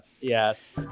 Yes